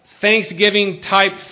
Thanksgiving-type